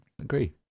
agree